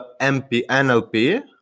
NLP